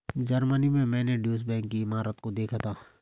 Germany में मैंने Deutsche bank की इमारत को देखा था